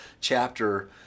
chapter